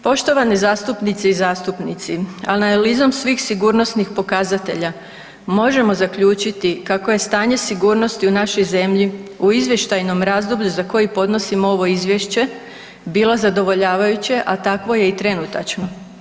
Poštovane zastupnice i zastupnici, analizom svih sigurnosnih pokazatelja možemo zaključiti kako je stanje sigurnosti u našoj zemlji u izvještajnom razdoblju za koji podnosimo ovo izvješće bilo zadovoljavajuće, a takvo je i trenutačno.